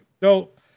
Dope